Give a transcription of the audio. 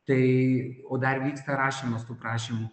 tai o dar vyksta rašymas tų prašymų